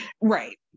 right